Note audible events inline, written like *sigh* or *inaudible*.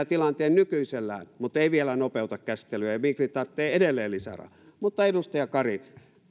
*unintelligible* tilanteen nykyisellään mutta ei vielä nopeuta käsittelyä ja migri tarvitsee edelleen lisää rahaa mutta edustaja kari